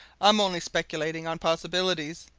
i'm only speculating on possibilities.